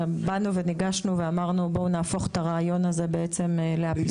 באנו ואמרנו: בואו נהפוך את הרעיון הזה לאפליקציה,